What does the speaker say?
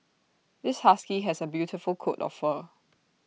this husky has A beautiful coat of fur